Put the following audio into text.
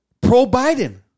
pro-Biden